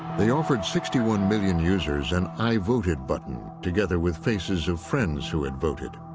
they offered sixty one million users an i voted button together with faces of friends who had voted.